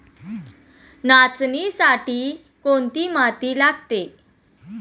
नाचणीसाठी कोणती माती लागते?